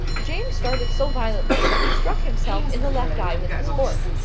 james started so violently that he struck himself in the left eye with his fork.